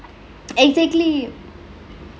exactly